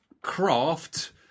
craft